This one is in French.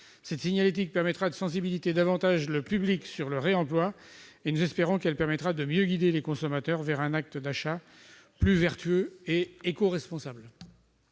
Cette signalétique permettra de sensibiliser davantage le public sur le réemploi. Nous espérons qu'elle permettra de mieux guider les consommateurs vers un acte d'achat plus vertueux et éco-responsable.